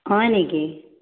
হয় নেকি